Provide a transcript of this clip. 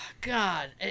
God